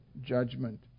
judgment